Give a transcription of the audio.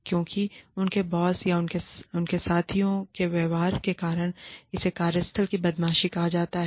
क्योंकि उनके बॉस या उनके साथियों के व्यवहार के कारण इसे कार्यस्थल की बदमाशी कहा जाता है